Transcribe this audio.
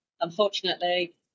Unfortunately